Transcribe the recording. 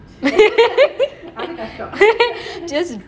அது கஷ்டம்:athu kastam